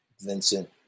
Vincent